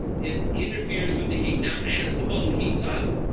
it interferes with the heat. now, as the bone heats up,